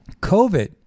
COVID